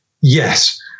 Yes